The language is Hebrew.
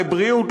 לבריאות,